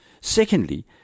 Secondly